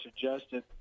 suggested